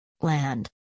land